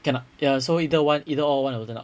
cannot ya so either one either or one will turn out